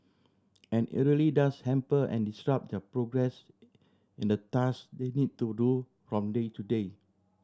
and it really does hamper and disrupt their progress in the task they need to do from day to day